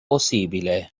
possibile